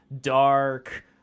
dark